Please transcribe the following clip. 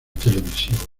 televisivos